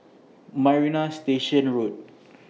Marina Station Road